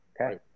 Okay